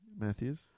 Matthews